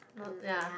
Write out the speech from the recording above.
not ya